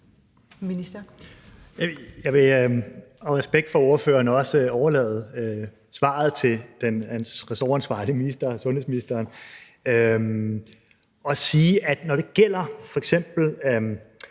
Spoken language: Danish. Jeg vil af respekt for ordføreren også overlade svaret til den ressortansvarlige minister, sundhedsministeren, og sige, at når det gælder